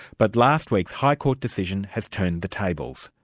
but last week's high court decision has turned the tables.